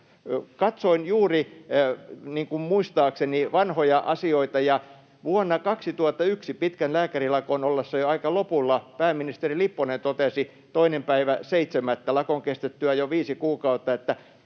— niin kuin muistaakseni vanhoja asioita — että vuonna 2001 pitkän lääkärilakon ollessa jo aika lopullaan pääministeri Lipponen totesi 2.7. lakon kestettyä jo viisi kuukautta: ”Se